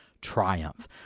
Triumph